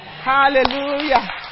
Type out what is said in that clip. Hallelujah